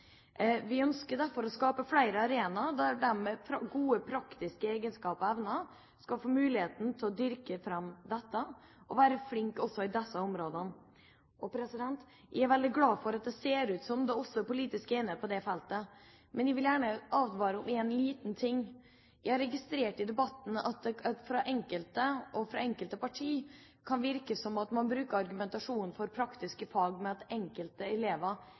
skal få muligheten til å dyrke fram dette og være flink også på disse områdene. Og jeg er veldig glad for at det ser ut som om det også er politisk enighet på det feltet. Men jeg vil gjerne advare mot en liten ting. Jeg har registrert i debatten at det fra enkelte og fra enkelte partier kan virke som om man argumenterer for praktiske fag med at enkelte elever